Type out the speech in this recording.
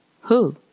Who